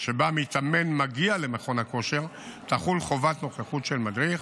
שבה מתאמן מגיע למכון הכושר תחול חובת נוכחות של מדריך,